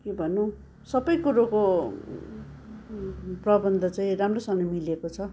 के भनूँ सबै कुरोको प्रबन्ध चाहिँ राम्रोसँग मिलेको छ